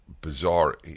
Bizarre